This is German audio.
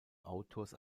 autors